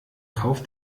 kauf